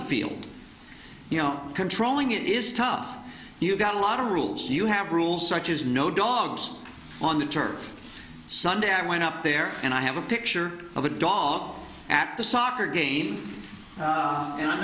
the field you know controlling it is tough you've got a lot of rules you have rules such as no dogs on the turf sunday i went up there and i have a picture of a daw at the soccer game and i'm